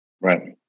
Right